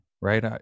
right